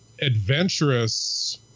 adventurous